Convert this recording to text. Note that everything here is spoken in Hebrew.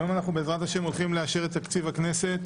היום אנחנו בעזרת השם הולכים לאשר את תקציב הכנסת,